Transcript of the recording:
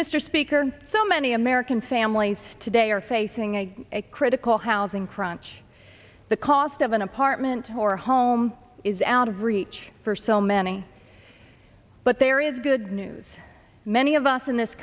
mr speaker so many american families today are facing a critical housing crunch the cost of an apartment or home is out of reach for so many but there is good news many of us in this